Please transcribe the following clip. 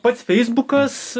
pats feisbukas